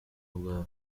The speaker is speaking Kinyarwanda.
bwawe